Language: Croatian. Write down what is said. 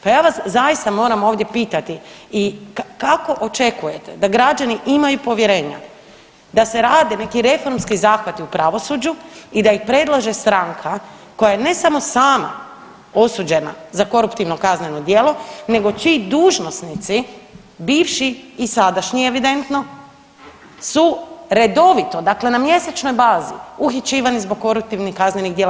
Pa ja vas zaista moram ovdje pitati kako očekujete da građani imaju povjerenja da se rade neki reformski zahvati u pravosuđu i da ih predlaže stranka koja je ne samo sama osuđena za koruptivno kazneno djelo, nego čiji dužnosnici bivši i sadašnji evidentno su redovito, dakle na mjesečnoj bazi uhićivani zbog koruptivnih kaznenih djela.